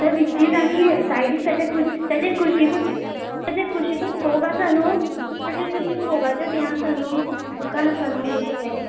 थंय विस्तीद आनी सायडीक ताच्या कुशीन ताच्या कुशिकूत ताच्या कुशिकूत फोग आसा न्हू ताज्या कुशीक फोगाचत ह्ये आसा न्हू दुकान आसा न्हू ताज्या सायडीक